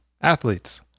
Athletes